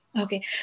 Okay